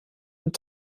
und